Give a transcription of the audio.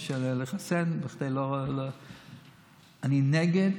אני נגד